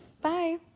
Bye